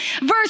Verse